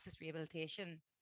rehabilitation